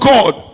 God